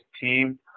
team